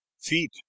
feet